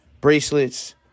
bracelets